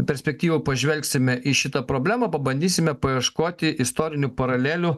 perspektyvų pažvelgsime į šitą problemą pabandysime paieškoti istorinių paralelių